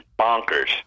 bonkers